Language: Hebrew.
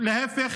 להפך,